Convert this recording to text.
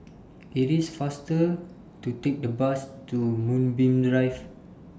IT IS faster to Take The Bus to Moonbeam Drive